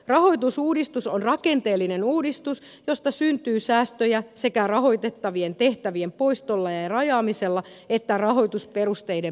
rahoitusuudistus on rakenteellinen uudistus josta syntyy säästöjä sekä rahoitettavien tehtävien poistolla ja rajaamisella että rahoitusperusteiden muuttamisella